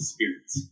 Spirits